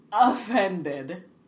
offended